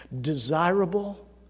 Desirable